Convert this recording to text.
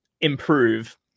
improve